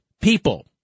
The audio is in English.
people